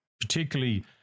particularly